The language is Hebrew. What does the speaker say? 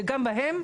שגם בהם,